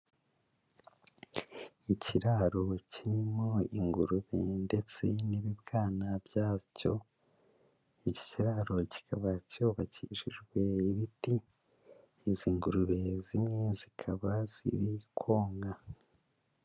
Ikiraro kirimo ingurube ndetse n'ibibwana byacyo, iki kiraro kikaba cyubakishijwe ibiti, izi ngurube zimwe zikaba ziri konka.